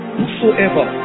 whosoever